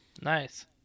Nice